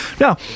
Now